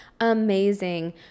amazing